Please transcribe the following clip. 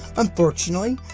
unfortunately,